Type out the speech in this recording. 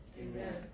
Amen